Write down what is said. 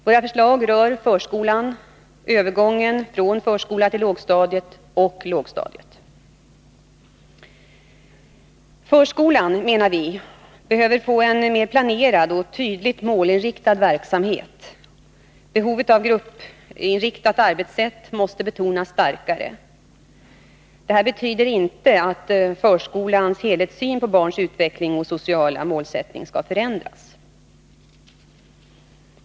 Våra förslag rör såväl förskolan som lågstadiets verksamhet och avser att göra övergången från förskola till lågstadiet mjukare. Förskolan behöver få en mer planerad och tydligt målinriktad verksamhet. Behovet av gruppinriktat arbetssätt måste betonas starkare. Det här betyder inte att förskolans helhetssyn på barns utveckling och sociala målsättning skall förändras.